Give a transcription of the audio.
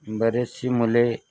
बरेचशी मुले